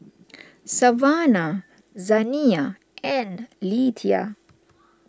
Savanna Zaniyah and Lethia